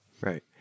Right